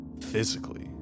physically